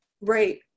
Right